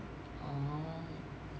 oh